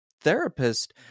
therapist